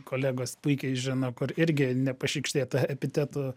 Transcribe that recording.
kolegos puikiai žino kur irgi nepašykštėta epitetų